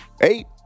eight